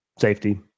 safety